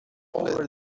over